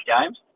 games